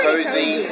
cozy